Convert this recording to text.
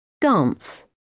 Dance